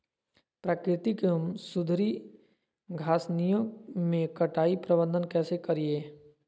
प्राकृतिक एवं सुधरी घासनियों में कटाई प्रबन्ध कैसे करीये?